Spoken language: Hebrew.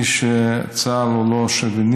עמדתי היא שצה"ל הוא לא שוביניסט,